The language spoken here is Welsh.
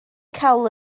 cawl